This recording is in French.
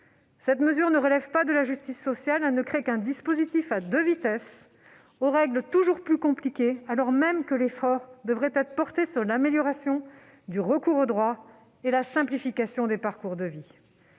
Elle ne relève pas de la justice sociale. Elle ne crée qu'un dispositif à deux vitesses, aux règles toujours plus compliquées alors même que l'effort devrait être porté sur l'amélioration du recours au droit et la simplification des parcours de vie.